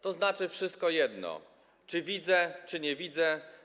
To znaczy wszystko jedno, czy widzę, czy nie widzę.